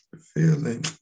feeling